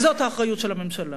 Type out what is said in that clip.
וזאת האחריות של הממשלה.